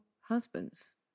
husband's